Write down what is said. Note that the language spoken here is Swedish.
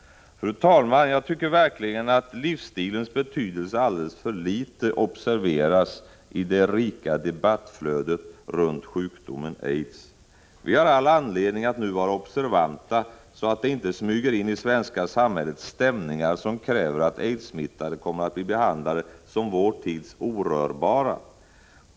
Fru talman! Jag tycker verkligen att livsstilens betydelse alldeles för litet observeras i det rika debattflödet runt sjukdomen aids. Vi har all anledning att nu vara observanta, så att det inte smyger in i det svenska samhället stämningar som kräver att aidssmittade kommer att bli behandlade som vår tids orörbara.